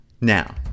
now